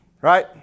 right